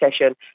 session